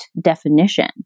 definition